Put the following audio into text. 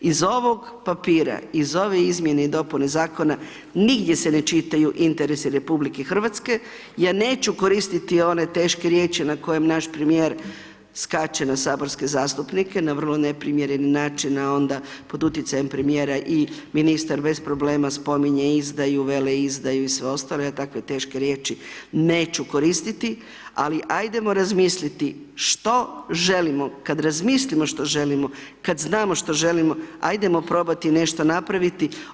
Iz ovog papira iz ove izmjene i dopune zakona nigdje se ne čitaju interesi RH ja neću koristiti one teške riječi na kojem naš premijer skače na saborske zastupnike na vrlo neprimjereni način a onda pod utjecajem premijera i ministar bez problema spominje izdaju, veleizdaju i sve ostale, ja takve teške riječi neću koristiti, ali ajdemo razmisliti što želimo, kad razmislimo što želimo, kad znamo što želimo, ajdemo probati nešto napraviti.